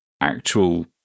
actual